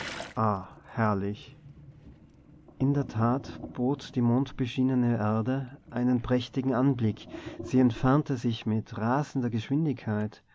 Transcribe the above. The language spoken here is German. herrlich in der tat bot die mondbeschienene erde einen prächtigen anblick sie entfernte sich mit rasender geschwindigkeit